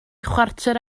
chwarter